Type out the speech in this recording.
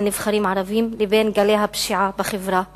נבחרים ערבים לבין גלי הפשיעה בחברה הערבית,